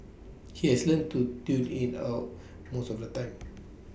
he has learnt to tune in out most of the time